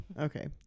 Okay